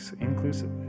inclusive